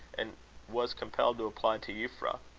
and was compelled to apply to euphra.